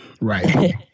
Right